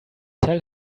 tell